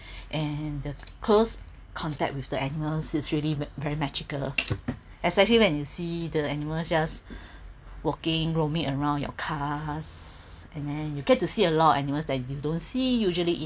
and the close contact with the animals is really very magical especially when you see the animals just walking roaming around your cars and then you get to see a lot of animals that you don't see usually in